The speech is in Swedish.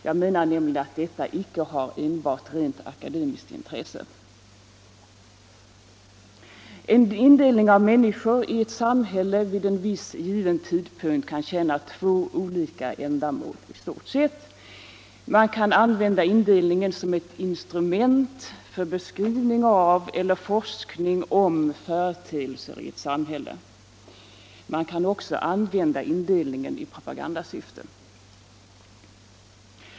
Jag menar nämligen att. LL dessa frågor inte har enbart akademiskt intresse. Om socialgruppsin En indelning av människor i ett samhälle vid en viss given tidpunkt = delningen kan i stort sett tjäna två olika ändamål. Man kan använda indelningen som ett instrument för beskrivning av eller forskning om företeelser i ett samhälle, men man kan också använda indelningen i propagandasyfte.